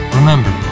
Remember